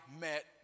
met